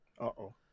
Uh-oh